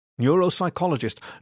neuropsychologist